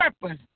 purpose